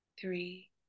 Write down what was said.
three